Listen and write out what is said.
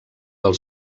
del